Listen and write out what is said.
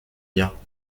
miens